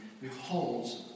beholds